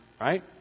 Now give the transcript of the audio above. right